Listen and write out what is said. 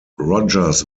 rogers